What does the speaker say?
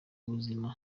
buzima